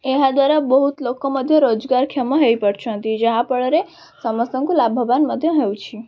ଏହାଦ୍ଵାରା ବହୁତ ଲୋକ ମଧ୍ୟ ରୋଜଗାରକ୍ଷମ ହେଇପାରୁଛନ୍ତି ଯାହାଫଳରେ ସମସ୍ତଙ୍କୁ ଲାଭବାନ ମଧ୍ୟ ହେଉଛି